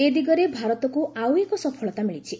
ଏ ଦିଗରେ ଭାରତକୁ ଆଉ ଏକ ସଫଳତା ମିଳିଛି